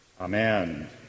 Amen